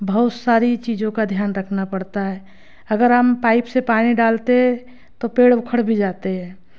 बहुत सारी चीज़ों का ध्यान रखना पड़ता है अगर हम पाइप से पानी डालते तो पेड़ उखड़ भी जाते हैं